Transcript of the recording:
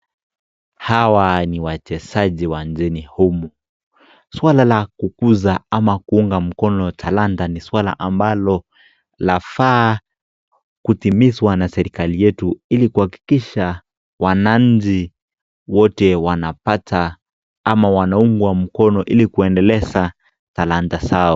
Hawa ni wachezaji wa nchini humu. Swala la kukuza ama kuunga mkono talanta ni swala ambalo, lafaa kutimizwa na serikali yetu ili kuhakikisha wananchi wote wanapata ama wanaungwa mkono ili kuendeleza talanta zao.